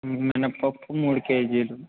మినప్పప్పు మూడు కేజీలు